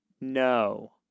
No